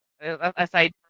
aside